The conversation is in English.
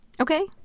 okay